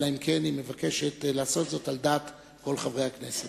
אלא אם כן היא מבקשת לעשות זאת על דעת כל חברי הכנסת.